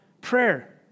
prayer